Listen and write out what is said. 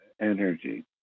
energy